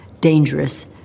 dangerous